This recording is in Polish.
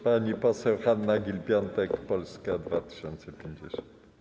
Pani poseł Hanna Gill-Piątek, Polska 2050.